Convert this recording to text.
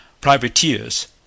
privateers